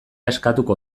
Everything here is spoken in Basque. eskatuko